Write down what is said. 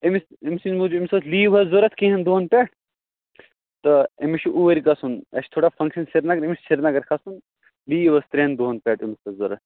أمِس أمۍ سٕنٛدِ موٗجوٗب أمِس ٲسۍ لیٖو حظ ضوٚرَتھ کیٚنٛہن دۄہَن پٮ۪ٹھ تہٕ أمِس چھُ اوٗرۍ گژھُن اَسہِ چھِ تھوڑا فنٛگشَن سرینگر أمِس سرینَگَر کھَسُن لیٖو ٲس ترٛٮ۪ن دۄہَن پٮ۪ٹھ أمِس ٲسۍ ضوٚرَتھ